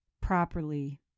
properly